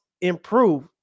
improve